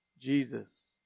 Jesus